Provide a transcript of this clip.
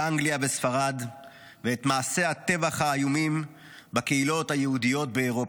אנגליה וספרד ואת מעשי הטבח האיומים בקהילות היהודיות באירופה.